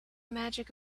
magic